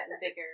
bigger